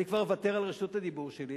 אני כבר אוותר על רשות הדיבור שלי,